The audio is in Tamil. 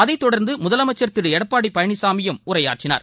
அதைதொடர்ந்து முதலமைச்சர் திரு எடப்பாடி பழனிசாமியும் உரையாற்றினார்